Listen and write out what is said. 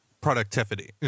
productivity